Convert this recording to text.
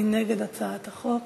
מי נגד הצעת החוק?